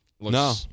No